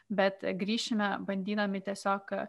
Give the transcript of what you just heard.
bet grįšime bandydami tiesiog